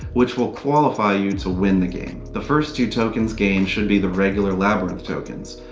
which will qualify you to win the game. the first two tokens gained should be the regular labyrinth tokens.